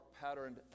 patterned